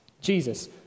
Jesus